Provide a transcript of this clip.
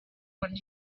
when